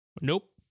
nope